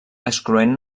excloent